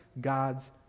God's